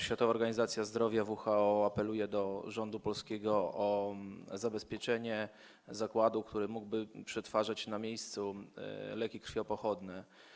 Światowa Organizacja Zdrowia WHO apeluje do polskiego rządu o zabezpieczenie zakładu, który mógłby przetwarzać na miejscu leki krwiopochodne.